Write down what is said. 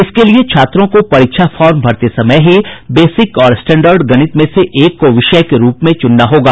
इसके लिए छात्रों को परीक्षा फार्म भरते समय ही बेसिक और स्टैंर्ड गणित में से एक को विषय के रूप में चुनना होगा